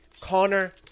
Connor